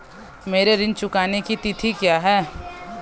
मेरे ऋण चुकाने की तिथि क्या है?